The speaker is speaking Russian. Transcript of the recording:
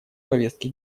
повестки